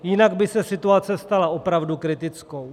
Jinak by se situace stala opravdu kritickou.